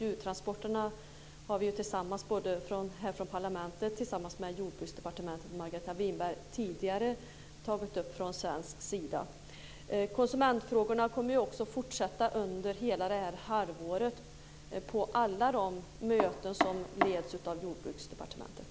Från svensk sida har vi tidigare här från parlamentet tillsammans med Jordbruksdepartementet och Margareta Winberg tagit upp djurtransporterna. Konsumentfrågorna kommer fortsättningsvis att tas upp under hela detta halvår på alla de möten som leds av Jordbruksdepartementet.